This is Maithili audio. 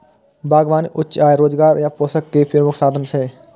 बागबानी उच्च आय, रोजगार आ पोषण के प्रमुख साधन छियै